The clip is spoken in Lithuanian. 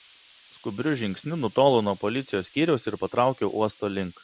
skubriu žingsniu nutolau nuo policijos skyriaus ir patraukiau uosto link